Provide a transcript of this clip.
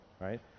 right